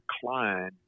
decline